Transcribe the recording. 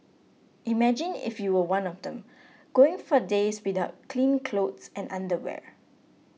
imagine if you were one of them going for days without clean clothes and underwear